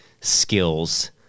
skills